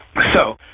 so